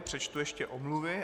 Přečtu ještě omluvy.